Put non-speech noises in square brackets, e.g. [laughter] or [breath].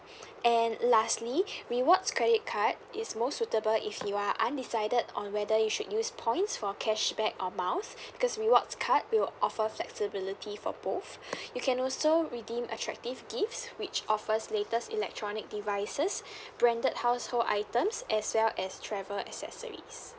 [breath] and lastly rewards credit card is most suitable if you are undecided on whether you should use points for cashback or miles because rewards card will offer flexibility for both you can also redeem attractive gifts which offers latest electronic devices branded household items as well as travel accessories